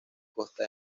costa